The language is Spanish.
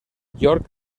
york